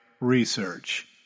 research